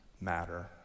matter